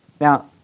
Now